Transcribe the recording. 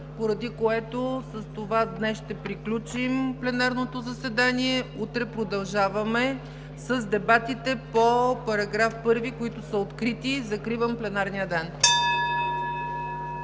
поради което с това днес ще приключим пленарното заседание. Утре продължаваме с дебатите по § 1, които са открити. Закривам пленарния ден.